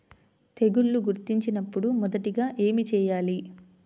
తెగుళ్లు గుర్తించినపుడు మొదటిగా ఏమి చేయాలి?